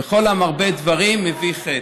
וכל המרבה דברים מביא חטא".